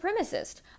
supremacist